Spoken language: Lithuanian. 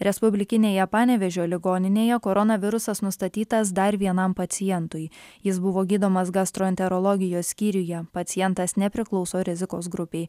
respublikinėje panevėžio ligoninėje koronavirusas nustatytas dar vienam pacientui jis buvo gydomas gastroenterologijos skyriuje pacientas nepriklauso rizikos grupei